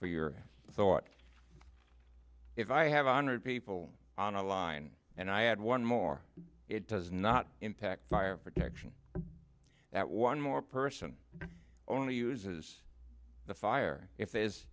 for your thought if i have honored people on a line and i add one more it does not impact fire protection that one more person only uses the fire if there